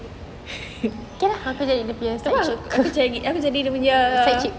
aku jadi dia be as stand shot aku jadi aku jadi dia punya